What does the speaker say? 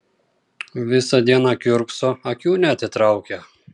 visą dieną kiurkso akių neatitraukia